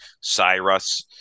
cyrus